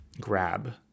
grab